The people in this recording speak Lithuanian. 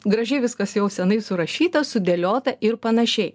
gražiai viskas jau seniai surašyta sudėliota ir panašiai